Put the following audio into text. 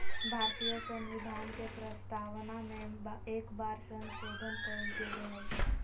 भारतीय संविधान के प्रस्तावना में एक बार संशोधन कइल गेले हइ